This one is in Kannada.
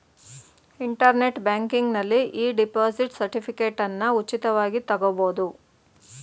ಇಂಟರ್ನೆಟ್ ಬ್ಯಾಂಕಿಂಗ್ನಲ್ಲಿ ಇ ಡಿಪಾಸಿಟ್ ಸರ್ಟಿಫಿಕೇಟನ್ನ ಉಚಿತವಾಗಿ ತಗೊಬೋದು